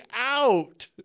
out